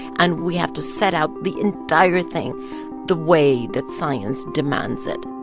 and we have to set out the entire thing the way that science demands it